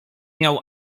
miał